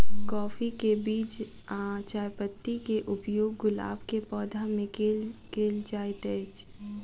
काफी केँ बीज आ चायपत्ती केँ उपयोग गुलाब केँ पौधा मे केल केल जाइत अछि?